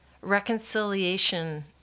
reconciliation